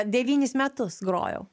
devynis metus grojau